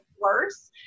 worse